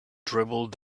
dribbled